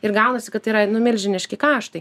ir gaunasi kad tai yra nu milžiniški kaštai